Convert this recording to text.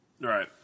right